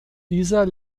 dieser